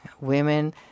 women